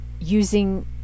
using